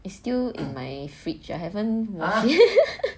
is still in my fridge I haven't